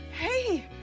Hey